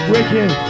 Wicked